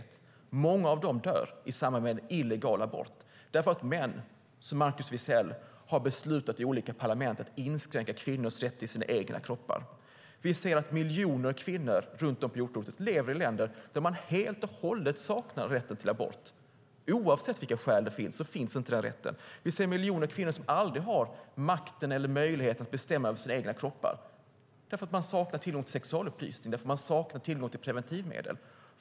Många av dem dör i samband med en illegal abort därför att män, som Markus Wiechel, i olika parlament har beslutat att inskränka kvinnors rätt till sina egna kroppar. Vi ser att miljoner kvinnor runt om på jordklotet lever i länder där man helt och hållet saknar rätten till abort. Oavsett skäl finns inte den rätten. Vi ser miljoner kvinnor som aldrig har makt eller möjlighet att bestämma över sina egna kroppar, för man saknar tillgång till sexualupplysning och tillgång till preventivmedel.